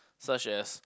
such as